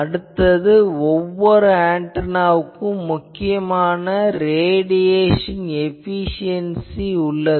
அடுத்தது ஒவ்வொரு ஆன்டெனாவுக்கும் முக்கியமான ரேடியேசன் எபிசியென்சி ஆகும்